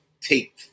take